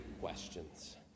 questions